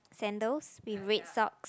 sandals with red socks